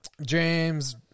James